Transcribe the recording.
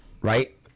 right